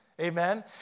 Amen